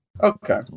Okay